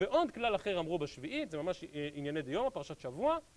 בעוד כלל אחר אמרו בשביעית, זה ממש ענייני דיון, פרשת שבוע.